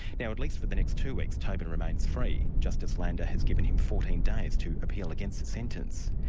now at least for the next two weeks toben remains free. justice lander has given him fourteen days to appeal against the sentence.